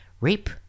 rape